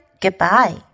goodbye